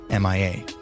MIA